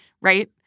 right